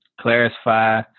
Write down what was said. clarify –